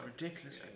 ridiculous